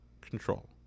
control